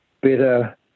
better